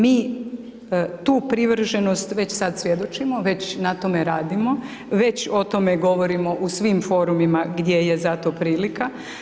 Mi tu privrženost već sad svjedočimo, već na tome radimo, već o tome govorimo u svim forumima gdje je za to prilika.